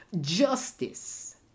Justice